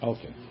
Okay